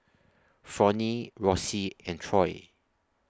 Fronnie Rosey and Troy